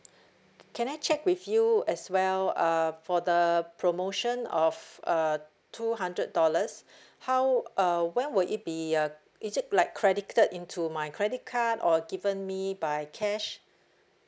can I check with you as well uh for the promotion of uh two hundred dollars how uh when will it be uh is it like credited into my credit card or given me by cash